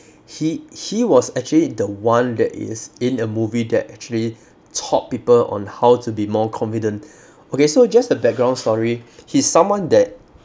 he he was actually the one that is in a movie that actually taught people on how to be more confident okay so just the background story he's someone that